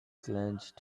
clenched